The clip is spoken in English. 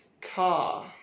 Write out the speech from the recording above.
car